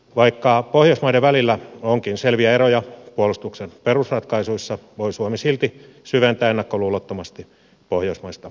vaikka pohjoismaiden välillä onkin selviä eroja puolustuksen perusratkaisuissa voi suomi silti syventää ennakkoluulottomasti pohjoismaista yhteistyötä